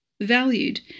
valued